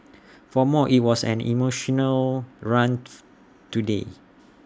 for more IT was an emotional run today